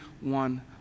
one